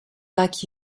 like